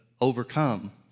overcome